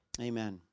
Amen